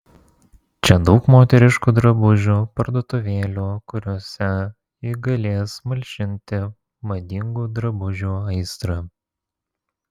čia daug moteriškų drabužių parduotuvėlių kuriose ji galės malšinti madingų drabužių aistrą